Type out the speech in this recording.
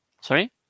Sorry